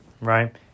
right